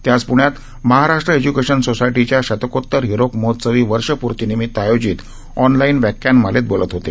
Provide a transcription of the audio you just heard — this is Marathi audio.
ते आज प्ण्यात महाराष्ट्र एज्युकेशन सोसायटीच्या शतकोतर हिरक महोत्सवी वर्षपूर्तीनिमित आयोजित ऑनलाईन व्याख्यानमालेत बोलत होते